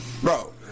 Bro